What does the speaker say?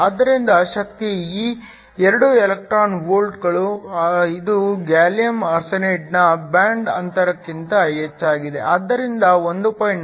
ಆದ್ದರಿಂದ ಶಕ್ತಿ E 2 electron ವೋಲ್ಟ್ಗಳು ಇದು ಗ್ಯಾಲಿಯಂ ಆರ್ಸೆನೈಡ್ನ ಬ್ಯಾಂಡ್ ಅಂತರಕ್ಕಿಂತ ಹೆಚ್ಚಾಗಿದೆ ಆದ್ದರಿಂದ 1